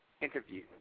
interview